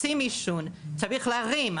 צריך להרים,